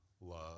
love